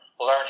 learn